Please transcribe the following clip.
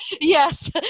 Yes